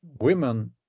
women